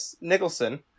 Nicholson